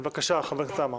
בבקשה, חבר הכנסת עמאר.